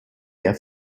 der